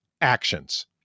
actions